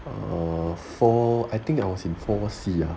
err four I think I was in pharmacy ah